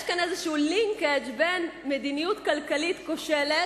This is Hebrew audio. יש כאן איזה לינקג' בין מדיניות כלכלית כושלת